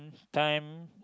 time